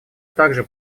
также